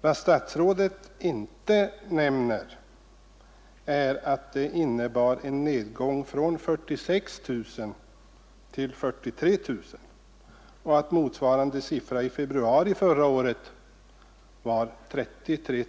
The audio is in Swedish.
Vad statsrådet inte nämner är att det innebar en nedgång från 46 000 till 43 000 och att motsvarande siffra i februari förra året var 33